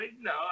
no